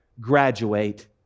graduate